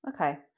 Okay